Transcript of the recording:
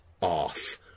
off